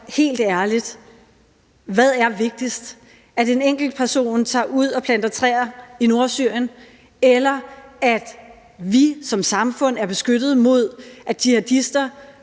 helt ærligt, hvad er vigtigst: at en enkelt person tager ud og planter træer i Nordsyrien, eller at vi som samfund er beskyttet mod, at jihadister